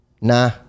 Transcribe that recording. Nah